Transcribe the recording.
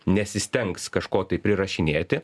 nesistengs kažko tai prirašinėti